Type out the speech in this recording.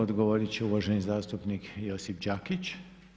Odgovorit će uvaženi zastupnik Josip Đakić.